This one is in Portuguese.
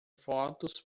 fotos